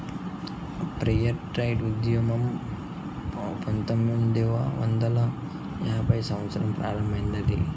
fair trade ఉద్యమం పంతొమ్మిదవ వందల యాభైవ సంవత్సరంలో ప్రారంభమైంది